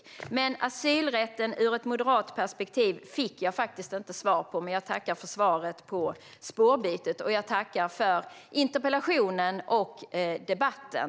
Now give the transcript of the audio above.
Frågan om asylrätten ur ett moderat perspektiv fick jag faktiskt inte svar på. Men jag tackar för svaret på frågan om spårbytet, och jag tackar för interpellationen och debatten.